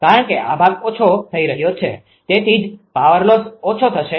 કારણ કે આ ભાગ ઓછો થઈ રહ્યો છે તેથી જ પાવર લોસ ઓછો થશે